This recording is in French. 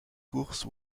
course